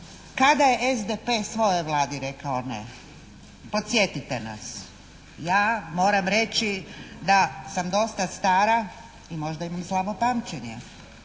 kada je SDP svojoj Vladi rekao ne? Podsjetite nas. Ja moram reći da sam dosta stara i možda imam slabo pamćenje,